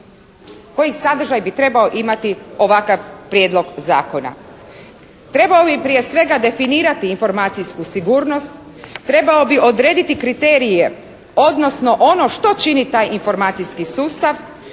koji sadržaj bi trebao imati ovakav Prijedlog zakona. Trebao bi prije svega definirati informacijsku sigurnost, trebao bi odrediti kriterije, odnosno ono što čini taj informacijski sustav,